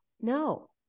no